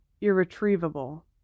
irretrievable